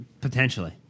Potentially